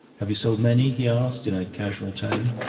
have you sold many? he asked in a casual tone.